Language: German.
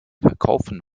verkaufen